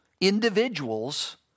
individuals